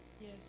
Yes